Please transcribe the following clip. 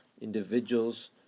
individuals